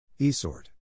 ESORT